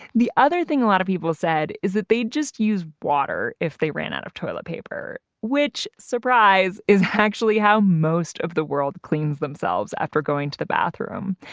the other thing a lot of people said is that they'd just use water if they ran out of toilet paper, which surprise, is actually still how most of the world clean themselves after going to the bathroom.